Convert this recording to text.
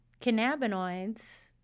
cannabinoids